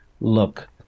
look